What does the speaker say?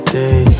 day